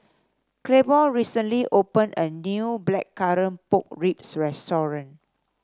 Claiborne recently opened a new Blackcurrant Pork Ribs restaurant